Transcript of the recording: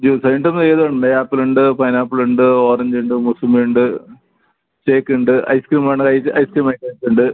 juice രണ്ടും വേറെ ഉണ്ട് ആപ്പിളുണ്ട് പൈനാപ്പിളുണ്ട് ഓറഞ്ചുണ്ട് മൊസാമ്പിയുണ്ട് ഷേക്കുണ്ട് ഐസ്ക്രീം വേണെൽ ഏത് ഐസ്ക്രീം അതിനകത്തുണ്ട്